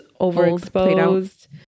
overexposed